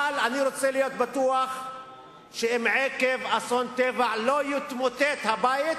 אבל אני רוצה להיות בטוח שעקב אסון טבע לא יתמוטט הבית,